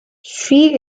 she